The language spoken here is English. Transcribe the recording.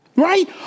Right